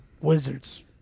Wizards